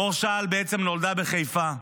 מור שעל בעצם נולדה בחיפה,